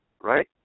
right